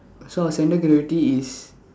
so our centre of gravity is